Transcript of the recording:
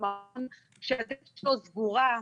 שהדלת שלו סגורה,